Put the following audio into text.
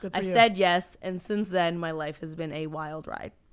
i said yes and since then my life has been a wild ride.